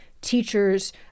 teachers